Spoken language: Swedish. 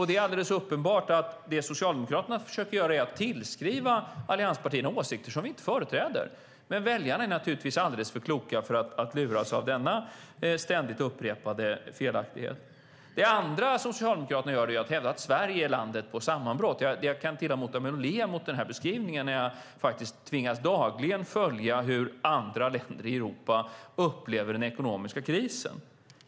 Det är alldeles uppenbart att Socialdemokraterna försöker tillskriva oss i allianspartierna åsikter som vi inte företräder. Men väljarna är naturligtvis alldeles för kloka för att luras av denna ständigt upprepade felaktighet. En annan sak som Socialdemokraterna gör är att de hävdar att Sverige är landet på väg mot sammanbrott. Jag kan till och med tillåta mig att le åt den beskrivningen då jag dagligen tvingas följa hur andra länder i Europa upplever den ekonomiska krisen.